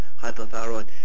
hypothyroid